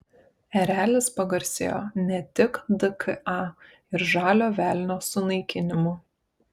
erelis pagarsėjo ne tik dka ir žalio velnio sunaikinimu